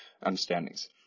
understandings